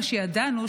מה שידענו,